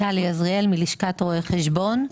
טלי עזריאל, מלשכת רואי החשבון.